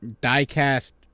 die-cast